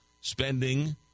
spending